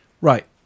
Right